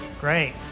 Great